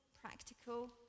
practical